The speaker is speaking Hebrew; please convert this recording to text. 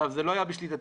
זה לא היה בשליטתנו.